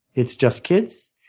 it's just kids,